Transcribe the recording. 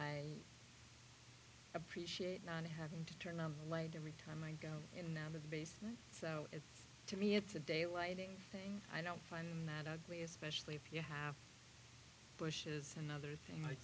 i appreciate not having to turn on the light every time i go in the basement so it's to me it's a day lighting thing i don't find in that way especially if you have bush is another thing like